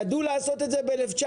ידעו לעשות את זה ב-1989,